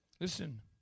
Listen